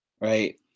right